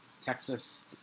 Texas